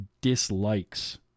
dislikes